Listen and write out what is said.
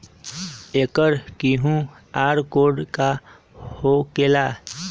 एकर QR code का होकेला?